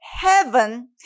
heaven